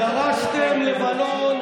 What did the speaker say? ירשתם לבנון,